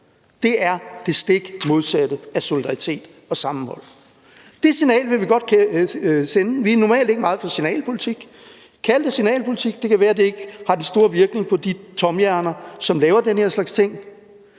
er det stik modsatte af solidaritet og sammenhold. Det signal vil vi godt sende. Vi er normalt ikke meget for signalpolitik. Kald det signalpolitik, for det kan være, at det ikke har den store virkning på de tomhjerner, som laver den her slags ting,